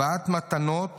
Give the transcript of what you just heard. הבאת מתנות